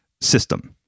system